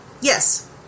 Yes